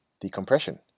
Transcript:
decompression